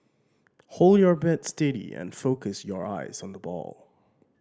hold your bat steady and focus your eyes on the ball